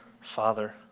Father